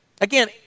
again